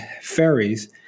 ferries